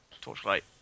Torchlight